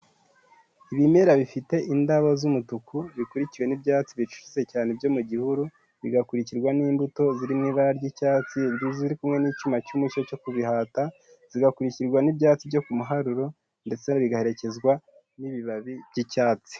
Ibimera bifite indabo z'umutuku, bikurikiwe n'ibyatsi bicucitse cyane byo mu gihuru, bigakurikirwa n'imbuto ziri mu ibara ry'icyatsi ziri kumwe n'icyuma cy'umucyo cyo kubihata, zigakurikirwa n'ibyatsi byo ku muharuro ndetse bigaherekezwa n'ibibabi by'icyatsi.